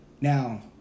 now